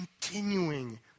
continuing